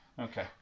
okay